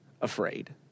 afraid